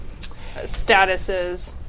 Statuses